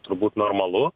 turbūt normalu